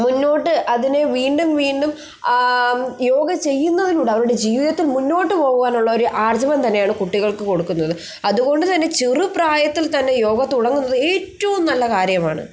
മുന്നോട്ട് അതിനെ വീണ്ടും വീണ്ടും യോഗ ചെയ്യുന്നതിലൂടെ അവരുടെ ജീവിതത്തിൽ മുന്നോട്ട് പോവാനുള്ള ഒരു ആർജ്ജവം തന്നെയാണ് കുട്ടികൾക്ക് കൊടുക്കുന്നത് അത്കൊണ്ട് തന്നെ ചെറുപ്രായത്തിൽ തന്നെ യോഗ തുടങ്ങുന്നത് ഏറ്റവും നല്ല കാര്യമാണ്